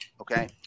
okay